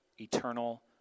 eternal